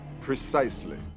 Precisely